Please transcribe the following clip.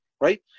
right